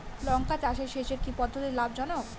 লঙ্কা চাষে সেচের কি পদ্ধতি লাভ জনক?